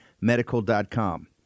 medical.com